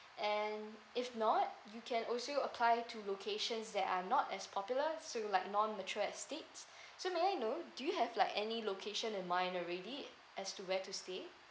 and if not you can also apply to locations that are not as popular so like non mature estates so may I know do you have like any location in mind already as to where to stay